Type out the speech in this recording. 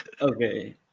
okay